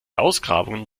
ausgrabungen